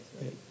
Right